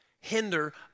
hinder